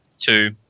two